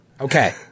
Okay